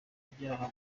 ibyaha